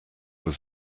was